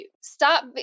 Stop